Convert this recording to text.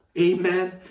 Amen